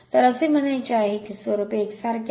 तर असे म्हणायचे आहे की स्वरूप एकसारखे आहे